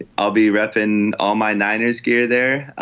i'll be rep in all my niners gear there